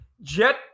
jet